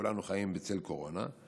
כולנו חיים בצל הקורונה,